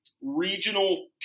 regional